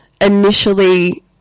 initially